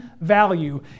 value